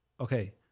Okay